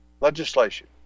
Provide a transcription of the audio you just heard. legislation